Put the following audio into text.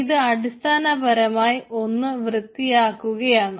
ഇത് അടിസ്ഥാനപരമായി ഒന്നു വൃത്തിയാക്കുകയാണ്